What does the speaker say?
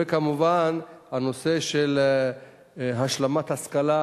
וכמובן נושא השלמת השכלה: